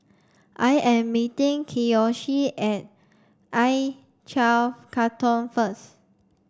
I am meeting Kiyoshi at I twenlve Katong first